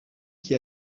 qui